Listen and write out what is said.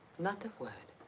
not a word.